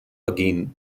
again